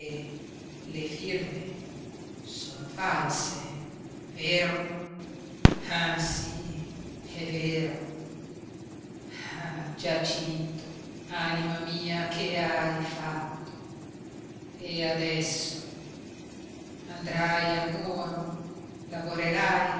le firme sono false vero ah sí è vero ah giacinto anima mia che hai fatto e adesso andrai a nuoro lavorerai